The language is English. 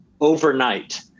overnight